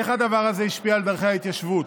איך הדבר הזה השפיע על דרכי ההתיישבות?